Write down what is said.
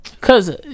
Cause